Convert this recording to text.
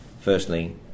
Firstly